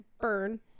burn